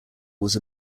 was